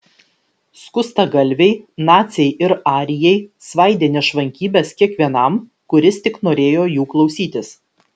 skustagalviai naciai ir arijai svaidė nešvankybes kiekvienam kuris tik norėjo jų klausytis